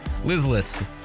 Lizless